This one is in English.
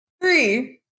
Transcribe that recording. Three